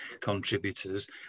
contributors